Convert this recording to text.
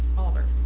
oliver?